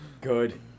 Good